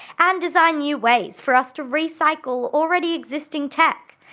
and design new ways for us to recycle already existing tech.